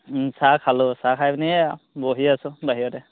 চাহ খালোঁ চাহ খাই পিনে এই আৰু বহি আছোঁ বাহিৰতে